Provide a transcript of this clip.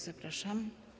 Zapraszam.